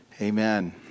Amen